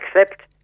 accept